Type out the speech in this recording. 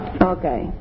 Okay